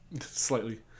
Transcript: slightly